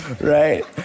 right